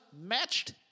matched